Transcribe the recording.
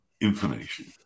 Information